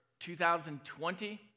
2020